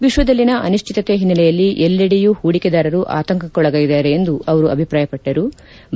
ವಿಶ್ವದಲ್ಲಿನ ಅನಿಶ್ಚಿತತೆ ಹಿನ್ನೆಲೆಯಲ್ಲಿ ಎಲ್ಲೆಡೆಯೂ ಹೂಡಿಕೆದಾರರು ಆತಂಕಕ್ಕೊಳಗಾಗಿದ್ದಾರೆ ಎಂದು ಅವರು ಅಭಿಪ್ರಾಯಪಟ್ಟದ್ದಾರೆ